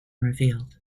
revealed